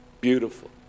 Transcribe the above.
Beautiful